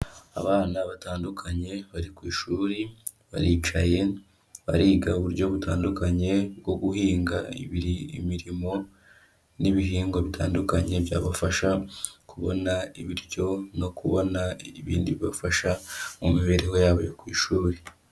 Abana batandukanye bari ku ishuri, baricaye bariga, uburyo butandukanye bwo guhinga imirimo n'ibihingwa bitandukanye, byabafasha kubona ibiryo, no kubona ibindi bibafasha mu mibereho yabo yo ku ishuri.